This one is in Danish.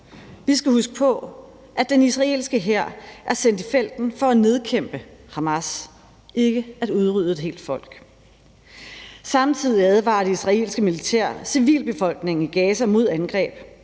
Vi skal huske på, at den israelske hær er sendt i felten for at nedkæmpe Hamas, ikke at udrydde et helt folk. Samtidig advarer det israelske militær civilbefolkningen i Gaza mod angreb.